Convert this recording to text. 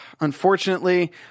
unfortunately